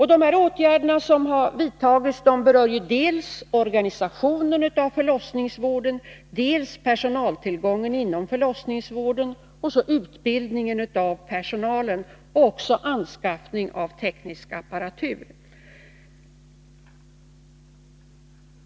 De åtgärder som har vidtagits berör dels organisationen av förlossningsvården, dels personaltillgången inom förlossningsvården, dels utbildning av personalen, dels också anskaffning av teknisk apparatur.